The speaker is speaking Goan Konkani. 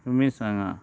तुमी सांगा